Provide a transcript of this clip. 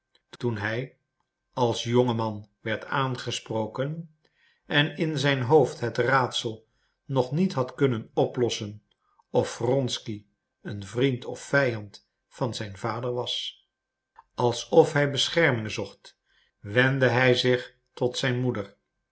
toen hij als jonge man werd aangesproken en in zijn hoofd het raadsel nog niet had kunnen oplossen of wronsky een vriend of vijand van zijn vader was alsof hij bescherming zocht wendde hij zich tot zijne moeder